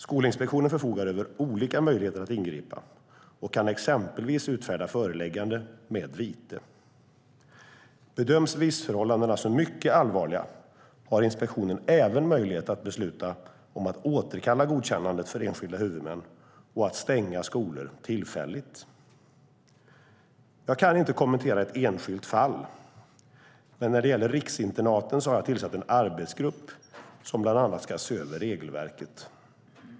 Skolinspektionen förfogar över olika möjligheter att ingripa och kan exempelvis utfärda föreläggande med vite. Bedöms missförhållandena som mycket allvarliga har inspektionen även möjlighet att besluta om att återkalla godkännandet för enskilda huvudmän och att stänga skolor tillfälligt. Jag kan inte kommentera ett enskilt fall, men när det gäller riksinternaten kan jag säga att jag har tillsatt en arbetsgrupp som bland annat ska se över regelverket.